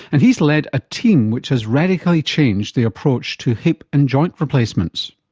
and he has led a team which has radically changed the approach to hip and joint replacements.